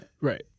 Right